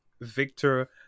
Victor